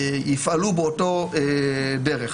יפעלו באותה דרך.